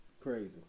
crazy